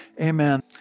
Amen